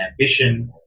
ambition